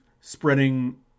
spreading